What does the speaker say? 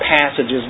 passages